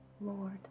Lord